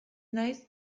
naiz